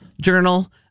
Journal